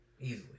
Easily